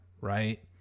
Right